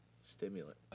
Stimulant